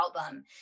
album